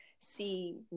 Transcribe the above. see